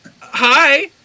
hi